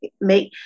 make